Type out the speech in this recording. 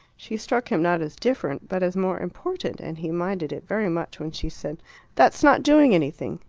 she struck him not as different, but as more important, and he minded it very much when she said that's not doing anything!